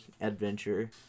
adventure